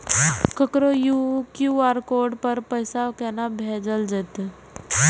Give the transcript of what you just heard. ककरो QR code पर पैसा कोना भेजल जेतै?